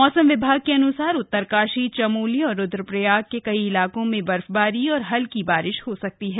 मौसम विभाग के अनुसार उत्तरकाशी चमोली औऱ रुद्रप्रयाग के कई इलाकों में बर्फबारी और हल्की बारिश हो सकती है